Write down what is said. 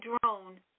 drone